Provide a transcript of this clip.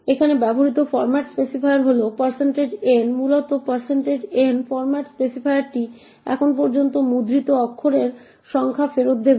এখানে ব্যবহৃত format specifier হল n মূলত এই n ফরম্যাট স্পেসিফায়ারটি এখন পর্যন্ত মুদ্রিত অক্ষরের সংখ্যা ফেরত দেবে